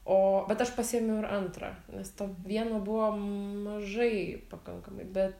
o bet aš pasiėmiau ir antrą nes to vieno buvo mažai pakankamai bet